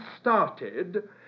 started